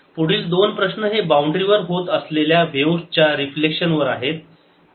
पुढील दोन प्रश्न हे बाउंड्री वर होत असलेल्या व्हेव्ज च्या रिफ्लेक्शन वर आहेत